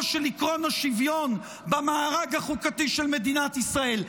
של עקרון השוויון במארג החוקתי של מדינת ישראל.